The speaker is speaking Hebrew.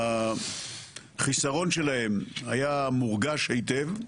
החיסרון שלהם היה מורגש היטב,